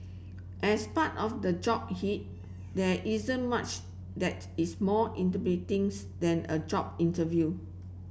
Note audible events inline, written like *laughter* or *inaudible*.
as part of the job hit there isn't much that is more *unintelligible* than a job interview